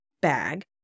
bag